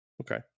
Okay